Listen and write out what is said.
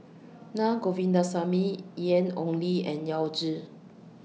Na Govindasamy Ian Ong Li and Yao Zi